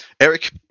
Eric